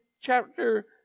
chapter